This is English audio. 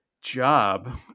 job